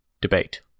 debate